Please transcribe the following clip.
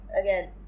again